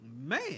man